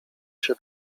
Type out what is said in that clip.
się